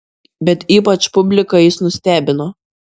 bet ypač publiką jis nustebino